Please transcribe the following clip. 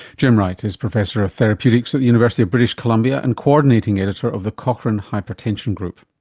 jim wright is professor of therapeutics at the university of british columbia and co-ordinating editor of the cochrane hypertension group.